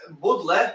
Woodley